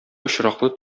очраклы